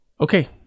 Okay